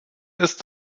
ist